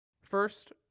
First